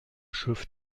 schiff